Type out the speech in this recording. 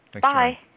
bye